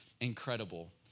incredible